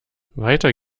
weiter